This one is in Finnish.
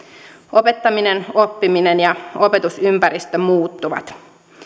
opettaminen oppiminen ja opetusympäristö muuttuvat